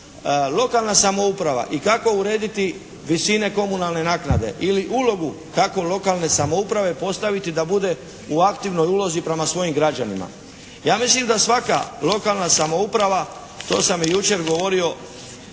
lokalna samouprava i kako urediti visine komunalne naknade ili ulogu kako lokalne samouprave postaviti da bude u aktivnoj ulozi prema svojim građanima. Ja mislim da svaka lokalna samouprava, to sam i jučer govorio